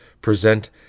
present